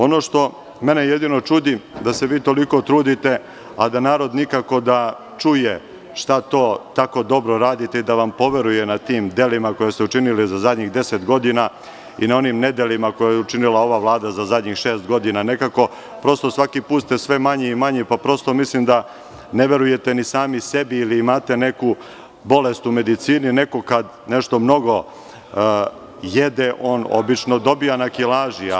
Ono što mene jedino čudi da se vi toliko trudite, a da narod nikako da čuje šta to tako dobro radite i da vam poveruje na tim delima koje ste učinili za zadnjih 10 godina i na onim nedelima koje je učinila ova vlada za zadnjih šest godina, nekako, prosto svaki put ste sve manji i manji, pa mislim ne verujete ni sami sebi ili imate neku bolest u medicini, neko kad nešto mnogo jede on obično dobija na kilaži…